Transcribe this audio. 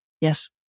Yes